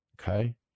Okay